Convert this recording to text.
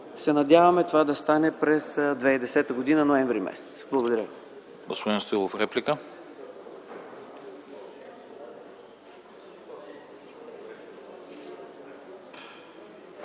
се надяваме това да стане през 2010 г., м. ноември. Благодаря